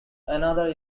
another